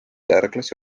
järglasi